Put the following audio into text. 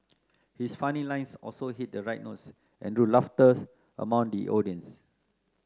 his funny lines also hit the right notes and drew laughter among the audience